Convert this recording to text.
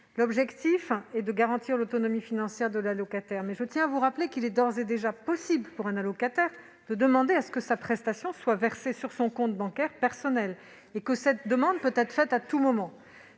objet est de garantir l'autonomie financière de l'allocataire. Cependant, je tiens à vous rappeler qu'il est d'ores et déjà possible pour un allocataire de demander que sa prestation soit versée sur son compte bancaire personnel et que cette demande peut être faite à tout moment.